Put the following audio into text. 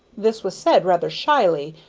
this was said rather shyly,